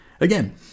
Again